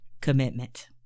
Commitment